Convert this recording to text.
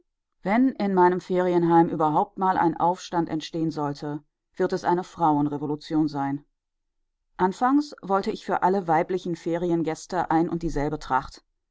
wenn in meinem ferienheim überhaupt mal ein aufstand entstehen sollte wird es eine frauenrevolution sein anfangs wollte ich für alle weiblichen feriengäste ein und dieselbe tracht